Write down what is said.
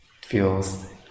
feels